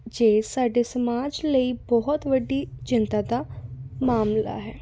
ਜੇ ਸਾਡੇ ਸਮਾਜ ਲਈ ਬਹੁਤ ਵੱਡੀ ਚਿੰਤਾ ਦਾ ਮਾਮਲਾ ਹੈ